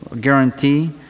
guarantee